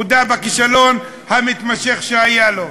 הודה בכישלון המתמשך שהיה לו.